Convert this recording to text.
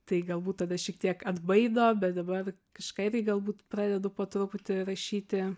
tai galbūt tave šiek tiek atbaido bet dabar kažką irgi galbūt pradedu po truputį rašyti